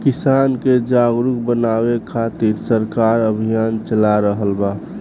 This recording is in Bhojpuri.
किसान के जागरुक बानवे खातिर सरकार अभियान चला रहल बा